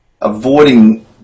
avoiding